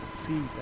see